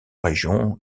région